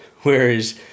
Whereas